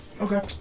Okay